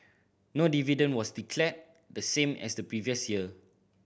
no dividend was declared the same as the previous year